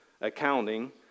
Accounting